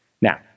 Now